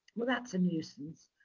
well, that's a nuisance,